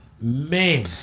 man